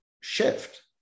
shift